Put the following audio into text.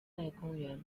公元